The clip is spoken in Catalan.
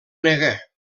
nega